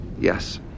Yes